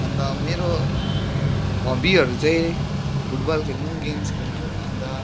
अन्त मेरो हब्बीहरू चाहिँ फुटबल खेल्नु गेम्स खेल्नु अन्त